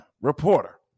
reporter